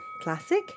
classic